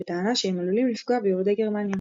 בטענה שהם עלולים לפגוע ביהודי גרמניה.